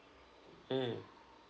mm